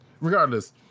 Regardless